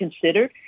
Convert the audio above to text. considered